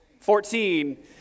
Fourteen